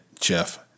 Jeff